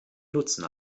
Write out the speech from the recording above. nutzen